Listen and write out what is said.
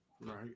Right